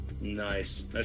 Nice